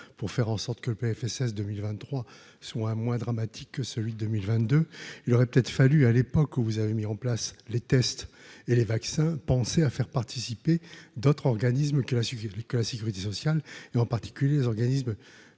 pour faire en sorte que le PLFSS 2023 sont moins dramatique que celui de 1022, il aurait peut-être fallu à l'époque où vous avez mis en place les tests et les vaccins, penser à faire participer d'autres organismes qui la sécurité que la sécurité sociale et en particulier les organismes